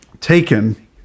taken